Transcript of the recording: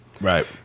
Right